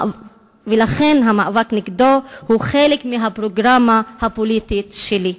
ולכן המאבק נגדו הוא חלק מהפרוגרמה הפוליטית שלי.